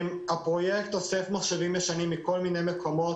הפרויקט אוסף מחשבים ישנים מכל מיני מקומות,